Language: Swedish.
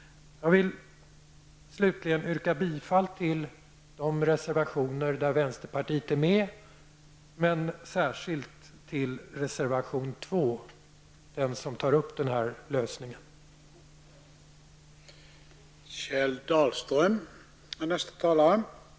Jag vill slutligen yrka bifall till de reservationer där vänsterpartiet är med, och särskilt till reservation 2, där denna lösning tas upp.